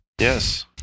Yes